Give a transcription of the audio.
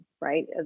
right